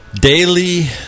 daily